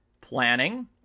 planning